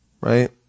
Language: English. Right